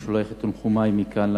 אני שולח מכאן את תנחומי למשפחה.